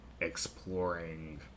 exploring